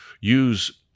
use